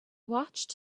watched